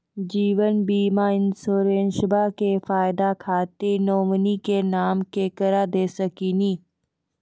जीवन बीमा इंश्योरेंसबा के फायदा खातिर नोमिनी के नाम केकरा दे सकिनी?